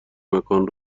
مکان